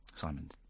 Simon